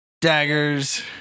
daggers